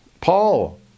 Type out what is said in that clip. Paul